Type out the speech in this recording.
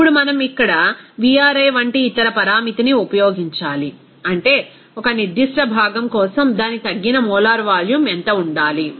ఇప్పుడు మనం ఇక్కడ Vri వంటి ఇతర పరామితిని ఉపయోగించాలి అంటే ఒక నిర్దిష్ట భాగం కోసం దాని తగ్గిన మోలార్ వాల్యూమ్ ఎంత ఉండాలి